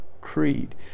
creed